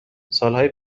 سالهای